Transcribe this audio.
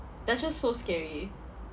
that's just so scary